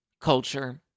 Culture